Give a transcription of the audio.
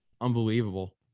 Unbelievable